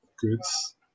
Goods